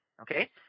Okay